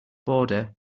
boarder